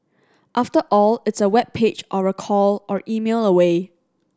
after all it's a web page or a call or email away